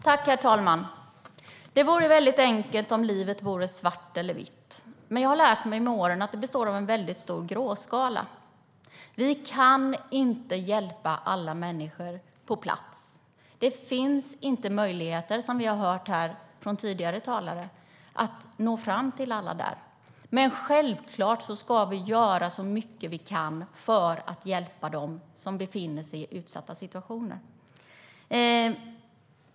Herr talman! Det vore väldigt enkelt om allt i livet var svart eller vitt. Men jag har lärt mig med åren att livet består av en stor gråskala. Vi kan inte hjälpa alla människor på plats. Det finns inga möjligheter att nå fram till alla, vilket vi även hört tidigare talare säga. Självklart ska vi göra så mycket vi kan för att hjälpa dem som befinner sig i utsatta situationer.